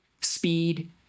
speed